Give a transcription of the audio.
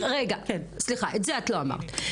את זה לא אמרת.